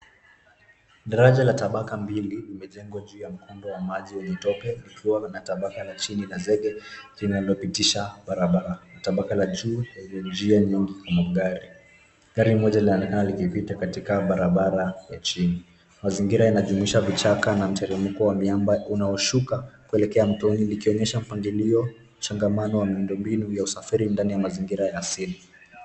Daraja la tabaka mbili umejengwa juu ya mkondo wa maji wenye tope, ukiwa na tabaka la chini la zege linalopitisha barabara. Tabaka la juu lenye njia nyingi ya magari. Gari moja linaonekana likipita katika barabara ya chini. Mazingira yanajumuisha vichaka na mteremko wa miamba unaoshuka kuelekea mtoni, likionyesha mpangilio changamano wa miundo mbinu ya usafiri ndani ya mazingira ya asili.